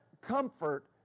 comfort